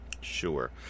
sure